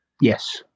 yes